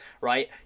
right